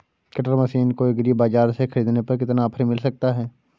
Cutter machine को agri बाजार से ख़रीदने पर कितना ऑफर मिल सकता है?